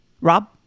Rob